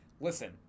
listen